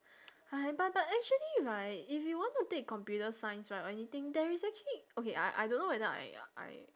!hais! but but actually right if you want to take computer science right or anything there is actually okay I I don't know whether I I